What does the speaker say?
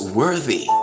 worthy